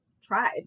tried